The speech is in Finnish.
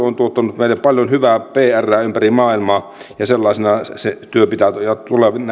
on tuottanut meille paljon hyvää prää ympäri maailmaa ja sellaisena sen työn pitää